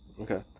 Okay